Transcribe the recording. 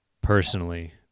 personally